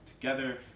together